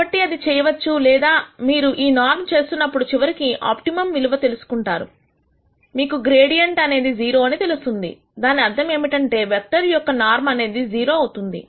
కాబట్టి అది చేయవచ్చు లేదా మీరు ఈ నార్మ్ చేస్తున్నప్పుడు చివరికి ఆప్టిమమ్ విలువలు తెలుసుకుంటారు మీకు గ్రేడియంట్ అనేది 0 అని తెలుస్తుంది దాని అర్థం ఏమిటంటే వెక్టర్ యొక్క నార్మ్ అనేది 0 అవుతుంది